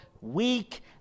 weak